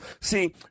See